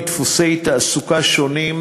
מדפוסי תעסוקה שונים,